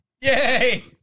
Yay